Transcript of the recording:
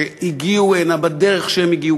שהגיעו הנה בדרך שהם הגיעו.